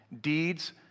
deeds